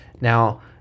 Now